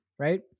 right